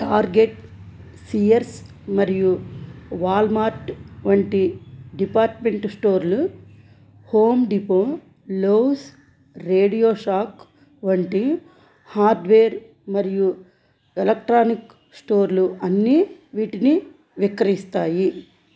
target Sears మరియు Walmart వంటి department స్టోర్లు Home Depot Lowe's RadioShack వంటి హార్డ్వేర్ మరియు ఎలక్ట్రానిక్ స్టోర్లు అన్నీ వీటిని విక్రయిస్తాయి